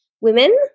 women